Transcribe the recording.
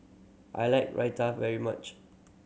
I like Raita very much